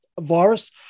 virus